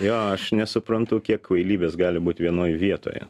jo aš nesuprantu kiek kvailybės gali būt vienoj vietoje